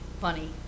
Funny